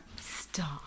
Stop